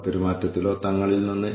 അവർ വല്ലതും പഠിക്കുന്നുണ്ടോ